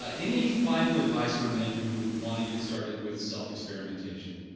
ah any final advice for men who want to get started with self-experimentation?